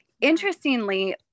interestingly